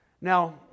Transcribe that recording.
Now